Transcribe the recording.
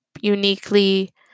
uniquely